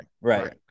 Right